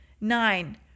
Nine